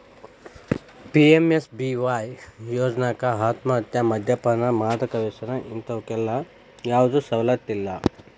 PMSBY ಯೋಜ್ನಾಕ ಆತ್ಮಹತ್ಯೆ, ಮದ್ಯಪಾನ, ಮಾದಕ ವ್ಯಸನ ಇಂತವಕ್ಕೆಲ್ಲಾ ಯಾವ್ದು ಸವಲತ್ತಿಲ್ಲ